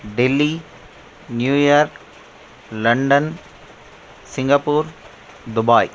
Delhi New York London Singapore Dubai